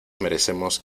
merecemos